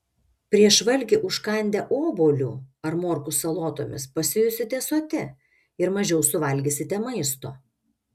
prieš valgį užkandę obuoliu ar morkų salotomis pasijusite soti ir mažiau suvalgysite maisto